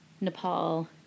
Nepal